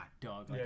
dog